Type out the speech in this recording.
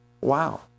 Wow